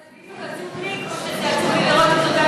זה עצוב לי בדיוק כמו שזה עצוב לי לראות את אותם